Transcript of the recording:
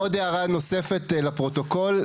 עוד הערה נוספת לפרוטוקול,